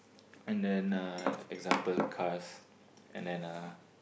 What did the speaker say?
and then uh example cars and then uh